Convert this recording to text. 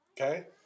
Okay